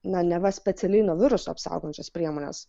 na neva specialiai nuo viruso apsaugančias priemones